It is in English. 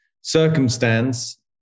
circumstance